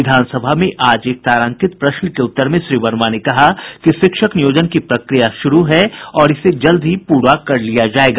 विधानसभा में आज एक तारांकित प्रश्न के उत्तर में श्री वर्मा ने कहा कि शिक्षक नियोजन की प्रक्रिया शुरू है और इसे जल्द ही पूरा कर लिया जायेगा